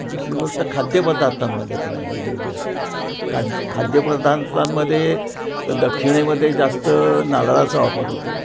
दुसरी गोष्ट खाद्यपदार्थांमध्ये पण आहे वेगवेगळं खाद खाद्यपदार्थांमध्ये दक्षिणेमध्ये जास्त नारळाचा वापर होतो